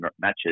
matches